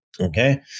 Okay